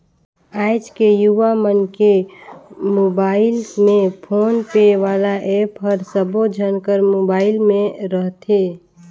आएज के युवा मन के मुबाइल में फोन पे वाला ऐप हर सबो झन कर मुबाइल में रथे